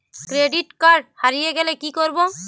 Credit card হারিয়ে গেলে কি করব?